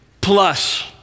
plus